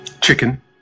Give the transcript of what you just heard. Chicken